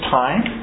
time